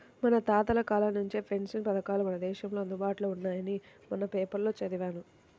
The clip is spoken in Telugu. మన తాతల కాలం నుంచే పెన్షన్ పథకాలు మన దేశంలో అందుబాటులో ఉన్నాయని మొన్న పేపర్లో చదివాను